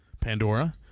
Pandora